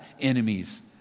enemies